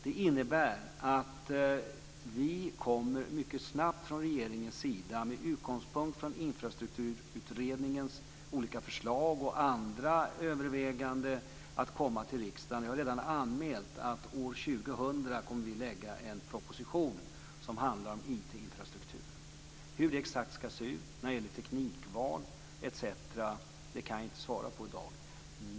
Det innebär att vi från regeringens sida med utgångspunkt från infrastrukturutredningens olika förslag och andra överväganden mycket snabbt kommer att komma till riksdagen. Vi har redan anmält att vi år 2000 kommer att lägga fram en proposition som handlar om IT infrastrukturen. Hur det exakt skall se ut när det gäller teknikval etc. kan jag inte svara på i dag.